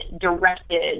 directed